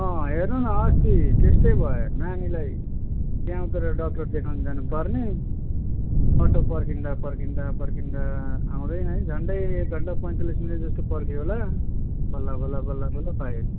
अँ हेर्नु न अस्ति त्यस्तै भयो नानीलाई त्यहाँ पर डक्टर देखाउनु जानुपर्ने अटो पर्खँदा पर्खँदैा पर्खँदा आउँदैन है झन्डै एक घन्टा पैँतालिस मिनट जस्तो पर्खे होला बल्ल बल्ल बल्ल बल्ल पाएँ